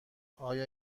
آیا